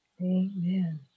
Amen